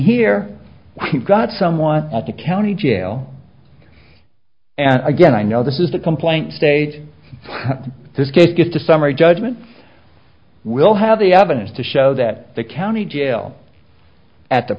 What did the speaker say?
here you've got someone at the county jail and again i know this is the complaint state this case just a summary judgment we'll have the evidence to show that the county jail at the